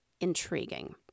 intriguing